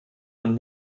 und